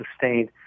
sustained